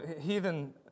heathen